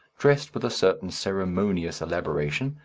dressed with a certain ceremonious elaboration,